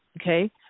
Okay